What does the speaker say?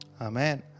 Amen